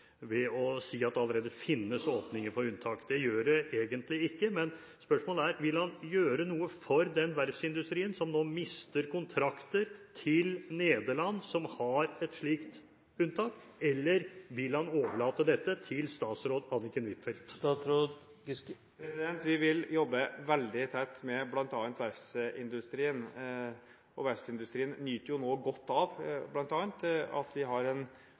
ved å si at det allerede finnes åpninger for unntak. Det gjør det egentlig ikke, men spørsmålet er: Vil han gjøre noe for den verftsindustrien som nå mister kontrakter til Nederland, som har et slikt unntak, eller vil han overlate dette til statsråd Anniken Huitfeldt? Vi vil jobbe veldig tett med bl.a. verftsindustrien. Verftsindustrien nyter jo nå godt av bl.a. at vi har en